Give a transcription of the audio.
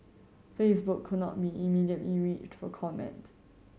Facebook could not be immediately reached for comment